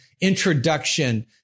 introduction